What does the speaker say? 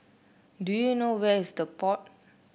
do you know where is The Pod